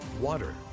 water